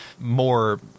more